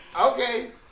Okay